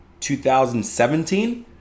2017